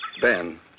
Ben